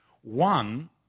One